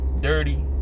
dirty